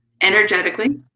energetically